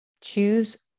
choose